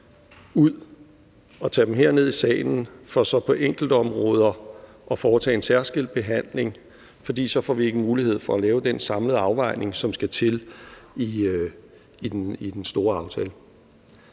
ud og tage dem her ned i salen for så på enkeltområder at foretage en særskilt behandling, for så får vi ikke mulighed for at lave den samlede afvejning, som skal til, i den store aftale.